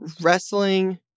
Wrestling